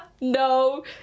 no